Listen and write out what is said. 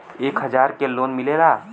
एक हजार के लोन मिलेला?